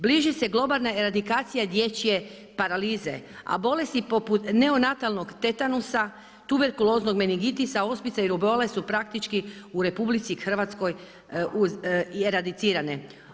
Bliži se globalna eradikacija dječje paralize, a bolesti poput neonatlanog tetanusa, tuberkuloznog meningitisa, ospica i rubeole su praktički u RH i eradicirane.